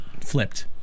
flipped